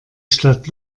stadt